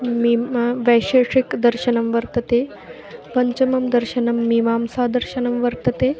मीमांसा वैशेषिकदर्शनं वर्तते पञ्चमं दर्शनं मीमांसादर्शनं वर्तते